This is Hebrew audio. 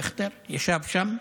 דיכטר, ישב שם,